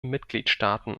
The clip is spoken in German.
mitgliedstaaten